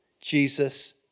Jesus